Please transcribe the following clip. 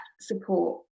support